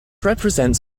represents